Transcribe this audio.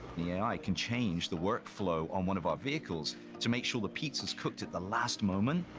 the a i. can change the workflow on one of our vehicles to make sure the pizza's cooked at the last moment.